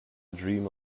dream